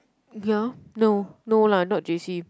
ya no no lah not j_c